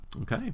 Okay